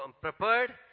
prepared